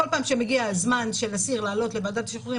כל פעם כשמגיע הזמן של אסיר לעלות לוועדת השחרורים,